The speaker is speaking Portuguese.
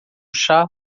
chá